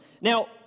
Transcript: Now